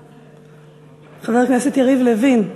חבר הכנסת יריב לוין.